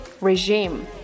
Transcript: REGIME